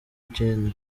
gen